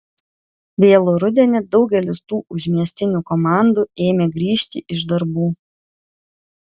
vėlų rudenį daugelis tų užmiestinių komandų ėmė grįžti iš darbų